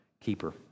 keeper